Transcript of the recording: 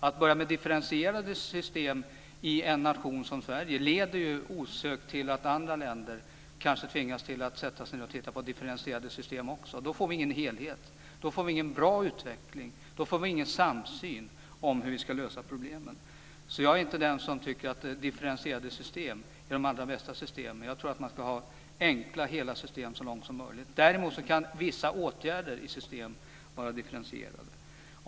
Att börja med differentierade system i en nation som Sverige leder osökt till att andra länder kanske också tvingas sätta sig ned och titta på differentierade system, men då får vi ingen helhet. Vi får ingen bra utveckling och ingen samsyn kring hur vi ska lösa problemen. Jag är inte den som tycker att differentierade system är de allra bästa systemen, utan jag tror att det så långt som möjligt ska vara enkla, hela system. Däremot kan vissa åtgärder inom system vara differentierade.